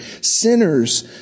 Sinners